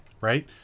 Right